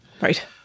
Right